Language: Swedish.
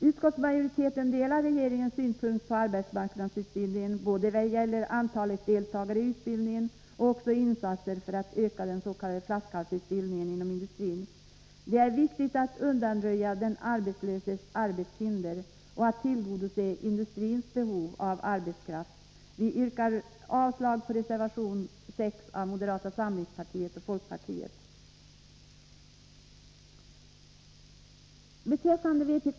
Utskottsmajoriteten delar regeringens syn på arbetsmarknadsutbildningen vad gäller både antalet deltagare i utbildning och insatser för att öka den s.k. flaskhalsutbildningen inom industrin. Det är viktigt att undanröja den arbetslöses arbetshinder och att tillgodose industrins behov av arbetskraft. Därför yrkar jag avslag på reservation nr 6 av moderata samlingspartiets och folkpartiets företrädare i utskottet.